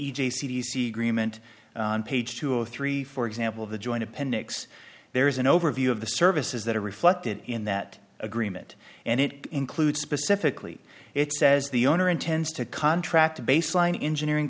c agreement on page two of three for example the joint appendix there is an overview of the services that are reflected in that agreement and it includes specifically it says the owner intends to contract a baseline engineering